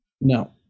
No